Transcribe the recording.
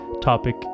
topic